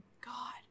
God